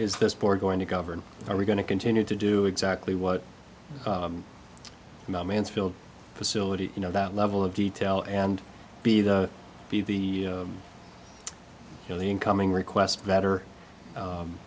is this board going to govern or we're going to continue to do exactly what mansfield facility you know that level of detail and be the be the you know the incoming requests better